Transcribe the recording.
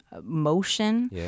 motion